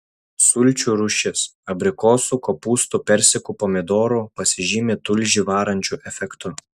sulčių rūšis abrikosų kopūstų persikų pomidorų pasižymi tulžį varančiu efektu